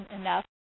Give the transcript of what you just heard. enough